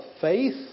faith